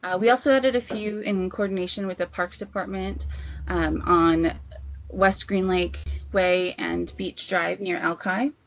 we also added a few in coordination with the parks department on west green lake way and beach drive near alki.